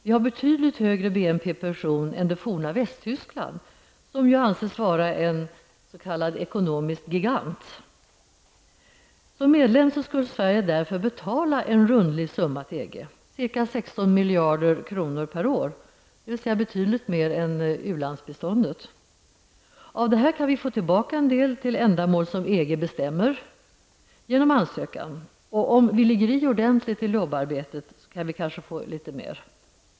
Vi har betydligt högre BNP per person än det forna Västtyskland, som ju anses vara en ''ekonomisk gigant''. Som medlem skulle Sverige därför betala en rundlig summa till EG, ca 16 miljarder kronor per år, dvs. betydligt mer än ubiståndet. Av detta kan vi genom ansökan få tillbaka en del till ändamål som EG bestämmer, och om vi ligger i ordentligt i lobbyarbetet kanske vi kan få litet mer.